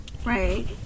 Right